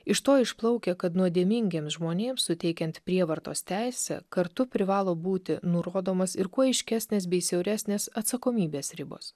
iš to išplaukia kad nuodėmingiems žmonėms suteikiant prievartos teisę kartu privalo būti nurodomos ir kuo aiškesnės bei siauresnės atsakomybės ribos